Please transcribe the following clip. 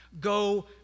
Go